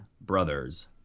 Brothers